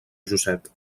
josep